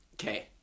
okay